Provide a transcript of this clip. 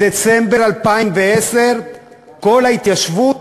בדצמבר 2010 כל ההתיישבות